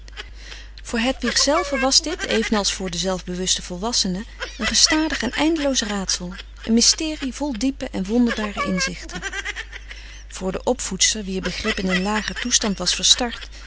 voor hedwig zelve was dit evenals voor den zelfbewusten volwassene een gestadig en eindeloos raadsel een mysterie vol diepe en wonderbare inzichten voor de opvoedster wier begrip in een lager toestand was verstard